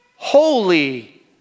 Holy